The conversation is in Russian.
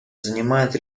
занимает